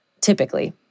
typically